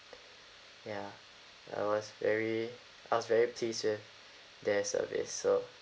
ya I was very I was very pleased with their service so